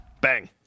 Bang